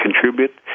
contribute